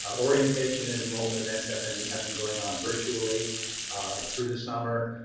ah orientation and enrollment events have been have been going on virtually through the summer.